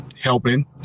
helping